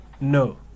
No